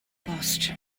bost